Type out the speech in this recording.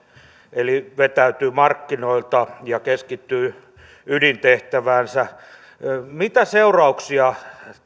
eli se vetäytyy markkinoilta ja keskittyy ydintehtäväänsä mitä seurauksia